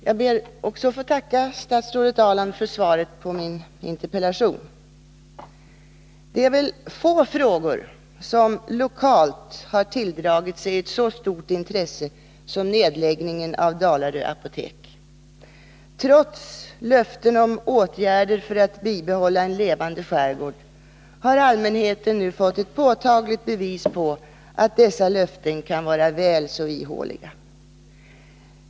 Herr talman! Också jag ber att få tacka statsrådet Ahrland för interpellationssvaret. Det är väl få frågor som lokalt har tilldragit sig ett så stort intresse som just frågan om nedläggningen av Dalarö apotek. Trots löften om åtgärder för att bibehålla en levande skärgård har allmänheten nu fått ett påtagligt bevis på att sådana löften kan vara nog så ihåliga.